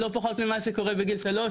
לא פחות ממה שקורה בגיל שלוש,